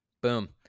boom